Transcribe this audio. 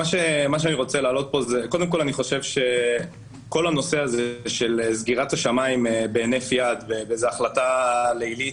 חושב שכל הנושא של סגירת השמיים בהינף יד ובהחלטה לילית,